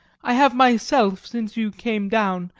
i have myself, since you came down,